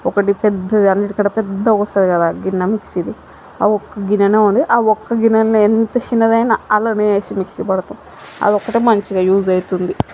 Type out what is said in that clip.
ఒకటి పెద్దది అన్నిటికంటే పెద్దగా వస్తుంది కదా గిన్నె మిక్సీది ఆ ఒక్క గిన్నెనే ఉంది ఆ ఒక్క గిన్నెలనే ఎంత చిన్నదైనా అండ్లనే వేసి మిక్సీ పడతాము అది ఒక్కటే మంచిగా యూజ్ అవుతుంది